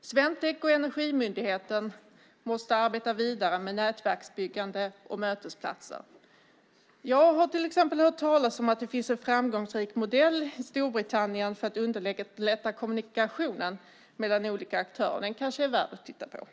Swentech och Energimyndigheten måste arbeta vidare med nätverksbyggande och mötesplatser. Jag har till exempel hört talas om att det finns en framgångsrik modell i Storbritannien för att underlätta kommunikationen mellan olika aktörer. Den kanske är värd att titta på.